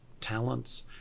talents